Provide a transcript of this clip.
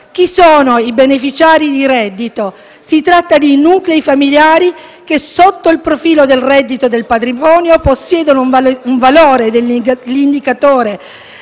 Chi sono i beneficiari del reddito di cittadinanza? Si tratta di nuclei familiari che sotto il profilo del reddito e del patrimonio possiedono un valore dell'indicatore